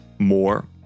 more